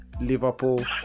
Liverpool